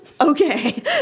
Okay